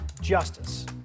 Justice